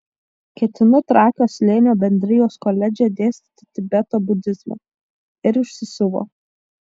ketinu trakio slėnio bendrijos koledže dėstyti tibeto budizmą ir užsisiuvo